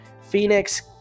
Phoenix